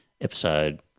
episode